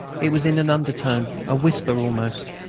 it was in an undertone, a whisper almost.